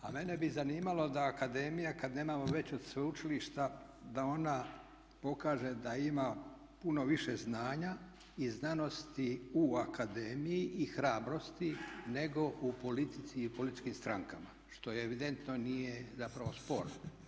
A meni bi zanimalo da akademija kada nemamo već od sveučilišta da ona pokaže da ima puno više znanja i znanosti u akademiji i hrabrosti nego u politici i političkim strankama što evidentno nije zapravo sporno.